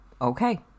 okay